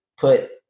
put